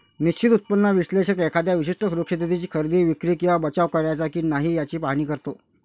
निश्चित उत्पन्न विश्लेषक एखाद्या विशिष्ट सुरक्षिततेची खरेदी, विक्री किंवा बचाव करायचा की नाही याचे पाहणी करतो